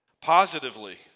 Positively